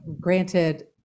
granted